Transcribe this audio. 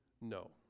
No